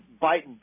bite